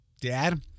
dad